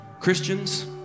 Christians